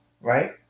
right